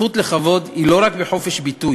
הזכות לכבוד היא לא רק בחופש ביטוי,